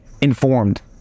informed